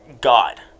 god